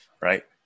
right